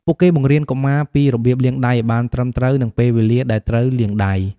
ពួកគេបង្រៀនកុមារពីរបៀបលាងដៃឱ្យបានត្រឹមត្រូវ និងពេលវេលាដែលត្រូវលាងដៃ។